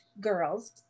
girls